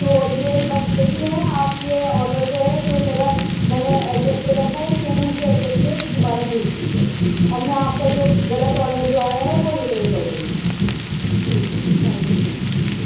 تو یہ بس یہی ہے آپ یہ آرڈر جو ہے جو میرا میں نے ایڈریس دے رکھا ہے سیم اسی ایڈریس پہ دوبارہ بھیج دیجئے اور میں آپ کا جو غلط آرڈر جو آیا ہے وہ ریٹرن کر دوں گی ٹھیک ہے تھینک یو سو مچ